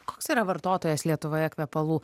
koks yra vartotojas lietuvoje kvepalų